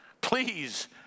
please